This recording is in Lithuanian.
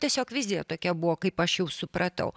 tiesiog vizija tokia buvo kaip aš jau supratau